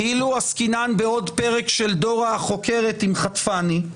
כאילו עסקינן בעוד פרק של דורה החוקרת עם חטפני,